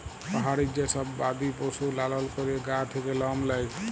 পাহাড়ি যে সব বাদি পশু লালল ক্যরে গা থাক্যে লম লেয়